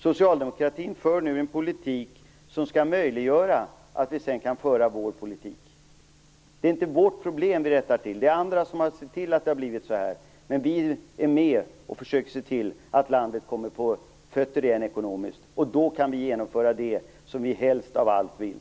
Socialdemokratin för nu en politik som skall möjliggöra att vi sedan kan föra vår politik. Det är inte vårt problem vi rättar till. Det är andra som har sett till att det har blivit så här, men vi är med och försöker få landet på fötter igen ekonomiskt. Då kan vi genomföra det som vi helst av allt vill.